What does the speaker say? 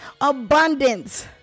abundance